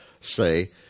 say